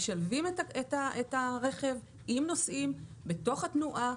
אנחנו משלבים את הרכב עם נוסעים בתוך התנועה,